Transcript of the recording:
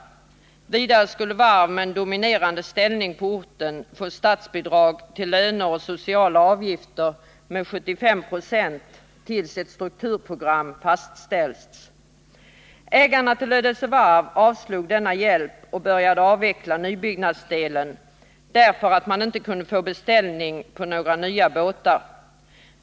Vidare skulle varv med en dominerande ställning på orten få statsbidrag till löner och sociala avgifter med 75 96 tills ett strukturprogram fastställts. Ägarna till Lödöse Varf avböjde denna hjälp och började avveckla nybyggnadsdelen, därför att man inte kunde få beställning på några nya båtar.